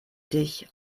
dich